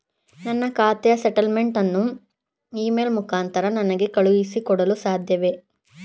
ನನ್ನ ಖಾತೆಯ ಸ್ಟೇಟ್ಮೆಂಟ್ ಅನ್ನು ಇ ಮೇಲ್ ಮುಖಾಂತರ ನನಗೆ ಕಳುಹಿಸಿ ಕೊಡಲು ಸಾಧ್ಯವೇ?